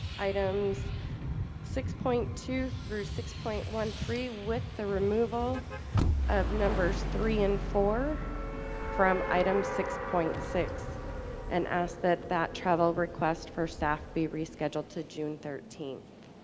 items six point two through six point one three with the removal of numbers three and four from item six point six and ask that that travel request for staff be rescheduled to june thirteenth